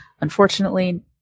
Unfortunately